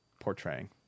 portraying